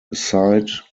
side